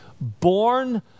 born